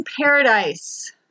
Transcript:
paradise